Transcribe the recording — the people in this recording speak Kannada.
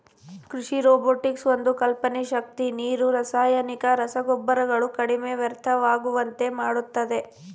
ಕೃಷಿ ರೊಬೊಟಿಕ್ಸ್ ಒಂದು ಕಲ್ಪನೆ ಶಕ್ತಿ ನೀರು ರಾಸಾಯನಿಕ ರಸಗೊಬ್ಬರಗಳು ಕಡಿಮೆ ವ್ಯರ್ಥವಾಗುವಂತೆ ಮಾಡುತ್ತದೆ